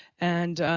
and,